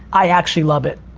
i actually love it,